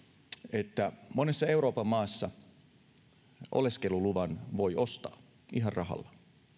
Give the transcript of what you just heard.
että monessa euroopan maassa oleskeluluvan voi ostaa ihan rahalla